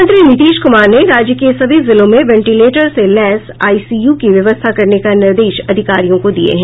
मख्यमंत्री नीतीश कुमार ने राज्य के सभी जिलों में वेंटिलेटर से लैस आईसीयू की व्यवस्था करने का निर्देश अधिकारियों को दिये हैं